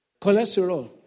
Cholesterol